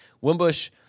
Wimbush